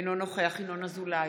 אינו נוכח ינון אזולאי,